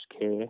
care